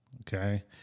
Okay